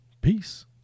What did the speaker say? Peace